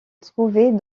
trouvées